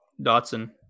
dotson